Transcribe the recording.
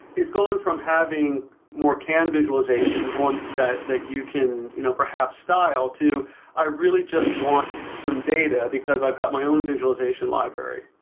it's going from having more canned visualizations, ones that that you can you know perhaps style to i really just want some data, because i've got my own visualization library,